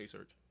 Search